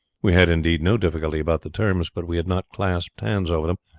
we had, indeed, no difficulty about the terms, but we had not clasped hands over them,